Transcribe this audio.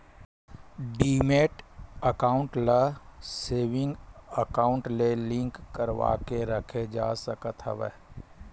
demat account ल saving account ले link करवाके रखे जा सकत हवय